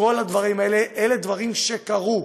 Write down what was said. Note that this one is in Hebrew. כל הדברים האלה הם דברים שקרו,